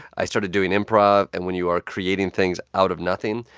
i started doing improv. and when you are creating things out of nothing,